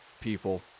people